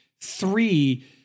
Three